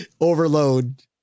Overload